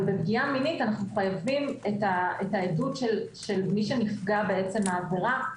אבל בפגיעה מינית אנחנו חייבים את העדות של מי שנפגע בעצם העבירה.